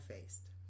faced